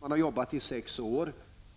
Man har arbetat i sex år